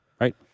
Right